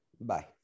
Bye